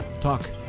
talk